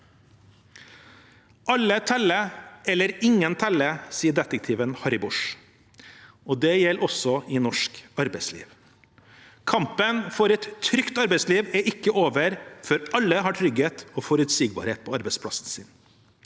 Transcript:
Alle teller eller ingen teller, sier detektiven Harry Bosch. Det gjelder også i norsk arbeidsliv. Kampen for et trygt arbeidsliv er ikke over før alle har trygghet og forutsigbarhet på arbeidsplassen sin.